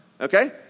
Okay